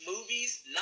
movies